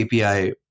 API